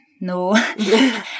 no